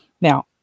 Now